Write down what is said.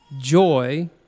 joy